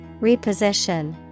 Reposition